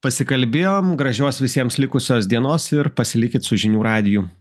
pasikalbėjom gražios visiems likusios dienos ir pasilikit su žinių radiju